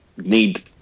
need